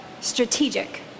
strategic